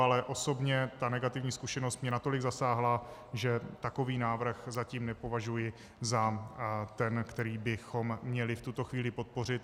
Ale osobně ta negativní zkušenost mě natolik zasáhla, že takový návrh zatím nepovažuji za ten, který bychom měli v tuto chvíli podpořit.